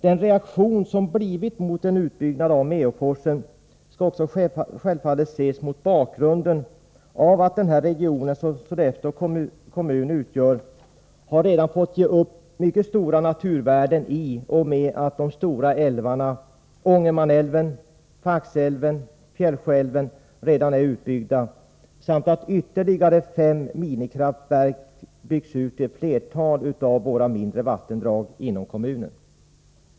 Den reaktion som uppstått mot en utbyggnad av Meåforsen skall självfallet också ses mot bakgrund av att denna region som Sollefteå kommun utgör redan har fått ge upp stora naturvärden i och med att de stora älvarna — Ångermanälven, Faxälven och Fjällsjöälven — redan är utbyggda samt att ytterligare fem minikraftverk byggts ut i ett flertal av våra mindre vattendrag inom kommunen.